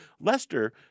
Lester